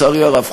לצערי הרב,